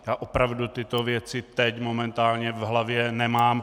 Já opravdu tyto věci teď momentálně v hlavě nemám.